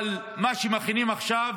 אבל מה שמכינים עכשיו